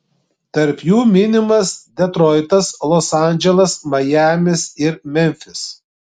tarp jų minimas detroitas los andželas majamis ir memfis